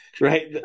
Right